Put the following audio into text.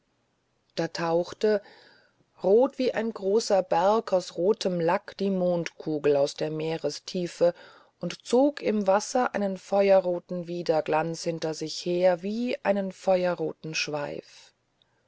da tauchte rot wie ein großer berg aus rotem lack die mondkugel aus der meerestiefe und zog im wasser einen feuerroten widerglanz hinter sich her wie einen feuerroten schweif